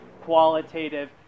qualitative